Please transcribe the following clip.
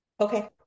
Okay